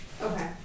Okay